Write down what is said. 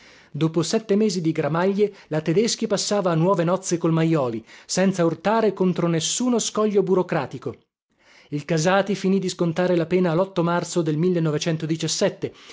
dopo sette mesi di gramaglie la tedeschi passava a nuove nozze col majoli senza urtare contro nessuno scoglio burocratico il casati finì di scontare la pena l marzo del